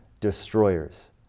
destroyers